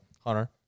Hunter